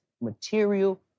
material